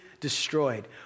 destroyed